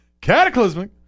cataclysmic